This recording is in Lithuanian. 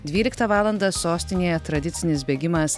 dvyliktą valandą sostinėje tradicinis bėgimas